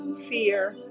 fear